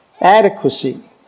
Adequacy